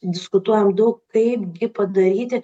diskutuojam daug kaipgi padaryti